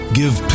give